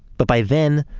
but by then,